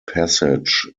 passage